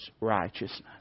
righteousness